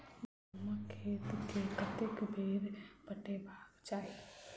गहुंमक खेत केँ कतेक बेर पटेबाक चाहि?